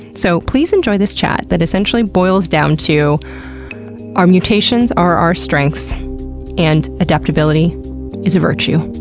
so please enjoy this chat that essentially boils down to our mutations are our strengths and adaptability is a virtue.